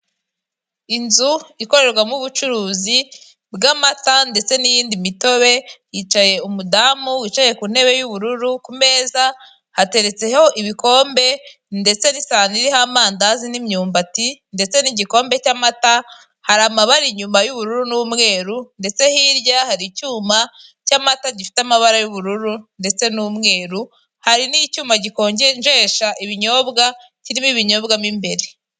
Inzu ikorerwamo ubucuruzi bw'amata ndetse n'iyindi mitobe, hicaye umudamu wicaye ku ntebe y'ubururu, ku meza hateretseho ibikombe ndetse n'isahani iriho amandazi n'imyumbati ndetse n'igikombe cy'amata, hari amabara inyuma y'ubururu n'umweru ndetse hirya hari icyuma cy'amata gifite amabara y'ubururu ndetse n'umweru, hari n'icyuma gikonjesha ibinyobwa kirimo ibinyobwa mo imbere.